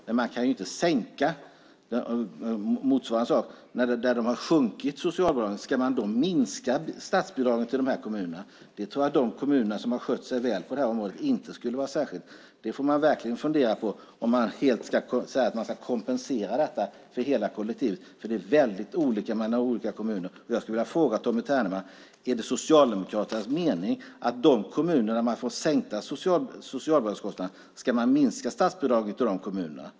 Men en motsvarande sak gäller de kommuner där socialbidragen har sjunkit. Ska man då minska statsbidragen till de kommunerna? De kommuner som har skött sig väl på det här området tror jag inte skulle vara särskilt intresserade av det. Man får verkligen fundera på om man ska säga att man ska kompensera detta för hela kollektivet. Det är nämligen väldigt olika mellan olika kommuner. Jag skulle vilja fråga Tommy Ternemar: Är det Socialdemokraternas mening att man ska minska statsbidraget i de kommuner som får sänkta socialbidragskostnader?